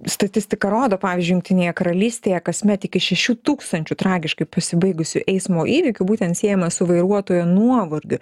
statistika rodo pavyzdžiui jungtinėje karalystėje kasmet iki šešių tūkstančių tragiškai pasibaigusių eismo įvykių būtent siejama su vairuotojų nuovargiu